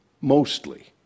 mostly